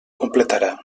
completarà